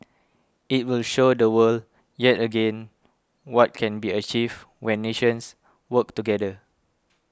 it will show the world yet again what can be achieved when nations work together